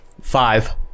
Five